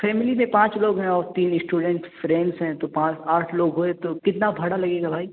family میں پانچ لوگ ہیں اور تین اسٹوڈینٹ فرینڈس ہیں تو پانچ آٹھ لوگ ہوئے تو کتنا بھاڑا لگے گا بھائی